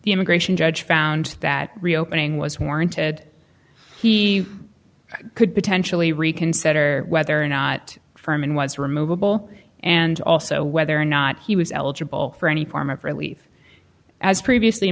the immigration judge found that reopening was warranted he could potentially reconsider whether or not firman was removable and also whether or not he was eligible for any form of relief as previously